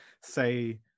say